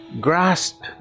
grasp